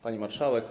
Pani Marszałek!